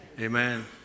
Amen